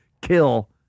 kill